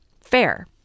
fair